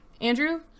Andrew